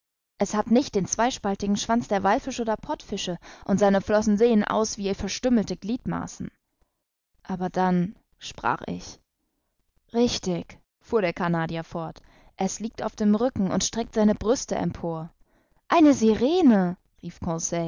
es hat nicht den zweispaltigen schwanz der wallfische oder pottfische und seine flossen sehen aus wie verstümmelte gliedmaßen aber dann sprach ich richtig fuhr der canadier fort es liegt auf dem rücken und streckt seine brüste empor eine sirene rief